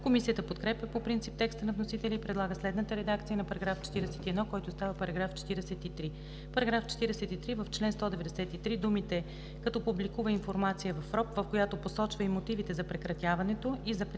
Комисията подкрепя по принцип текста на вносителя и предлага следната редакция на § 41, който става § 43: „§ 43. В чл. 193 думите „като публикува информация в РОП, в която посочва и мотивите за прекратяването“ и запетаята